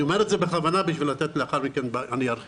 אני אומר את זה בכוונה ולאחר מכן ארחיב.